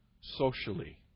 socially